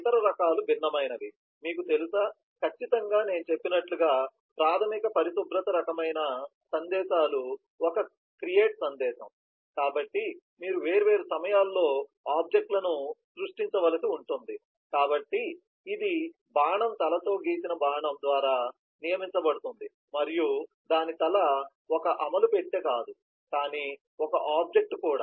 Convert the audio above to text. ఇతర రకాలు భిన్నమైనవి మీకు తెలుసా ఖచ్చితంగా నేను చెప్పినట్లుగా ప్రాథమిక పరిశుభ్రత రకమైన సందేశాలు ఒక క్రియేట్ సందేశం కాబట్టి మీరు వేర్వేరు సమయాల్లో ఆబ్జెక్ట్ లను సృష్టించవలసి ఉంటుంది కాబట్టి ఇది బాణం తలతో గీసిన బాణం ద్వారా నియమించబడుతుంది మరియు దాని తల ఒక అమలు పెట్టె కాదు కానీ ఒక ఆబ్జెక్ట్ కూడా